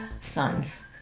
sons